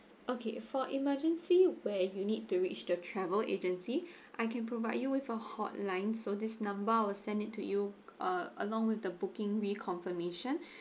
okay for emergency where if you need to reach the travel agency I can provide you with a hotline so this number I will send it to you uh along with the booking reconfirmation